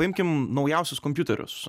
paimkim naujausius kompiuterius